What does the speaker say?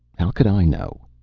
how could i know?